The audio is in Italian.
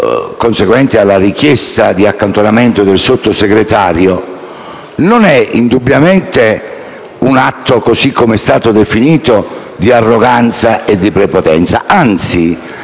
conseguente alla richiesta di accantonamento del Sottosegretario indubbiamente non è un atto, così come è stato definito, di arroganza e prepotenza; anzi,